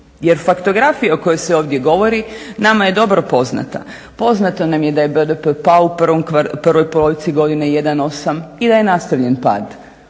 Jer faktografi o kojoj se ovdje govori nama je dobro poznata. Poznato nam je da je BDP pao u prvoj polovici godine 1,8 i da je nastavljan pad